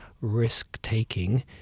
risk-taking